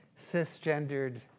cisgendered